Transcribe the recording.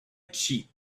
cheat